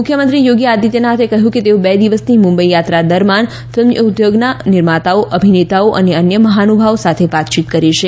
મુખ્યમંત્રી યોગી આદિત્યનાથે કહ્યું કે તેઓ બે દિવસની મુંબઇ યાત્રા દરમિયાન તેમણે ફિલ્મ ઉદ્યોગના નિર્માતાઓ અભિનેતાઓ અને અન્ય મહાનુભાવો સાથે વાતચીત કરી છે